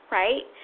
right